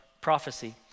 prophecy